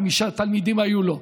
חמישה תלמידים היו לו,